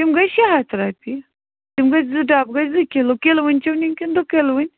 تِم گٔے شےٚ ہَتھ رۄپیہِ تِم گٔے زٕ ڈبہٕ گٔے زٕ کِلوٗ کِلوُنۍ چھُو نِنۍ کِنہٕ دُ کِلوُنۍ